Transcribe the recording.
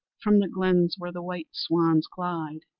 from the glens where the white swans glide,